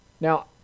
Now